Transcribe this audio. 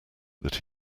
that